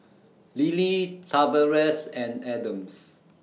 Lillia Tavares and Adams